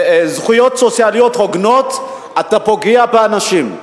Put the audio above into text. וזכויות סוציאליות הוגנות, אתה פוגע באנשים.